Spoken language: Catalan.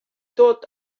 tot